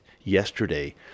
yesterday